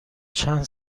چند